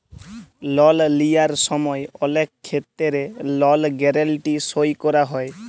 লল লিঁয়ার সময় অলেক খেত্তেরে লল গ্যারেলটি সই ক্যরা হয়